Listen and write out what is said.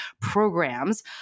programs